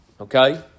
okay